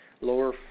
lower